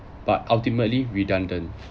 but ultimately redundant